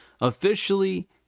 officially